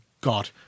God